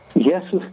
Yes